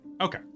Okay